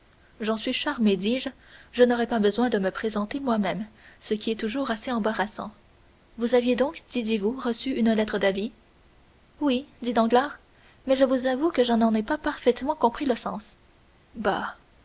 j'en suis charmé dis-je je n'aurai pas besoin de me présenter moi-même ce qui est toujours assez embarrassant vous aviez donc disiez-vous reçu une lettre d'avis oui dit danglars mais je vous avoue que je n'en ai pas parfaitement compris le sens bah